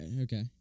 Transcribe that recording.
okay